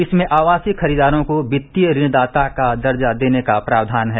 इसमें आवासीय खरीदारों को वित्तीय ऋणदाता का दर्जा देने का प्रावधान है